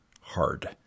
hard